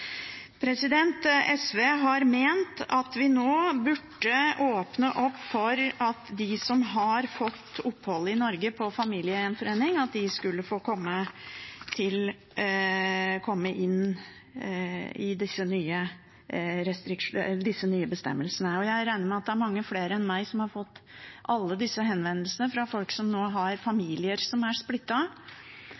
SV har ment at vi nå burde åpne for at de som har fått opphold i Norge gjennom familiegjenforening, skulle få komme inn etter disse nye bestemmelsene. Jeg regner med at det er mange flere enn meg som har fått alle disse henvendelsene fra familier som